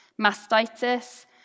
mastitis